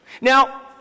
Now